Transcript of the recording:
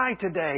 today